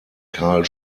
karl